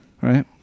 Right